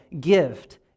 gift